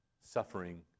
suffering